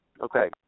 Okay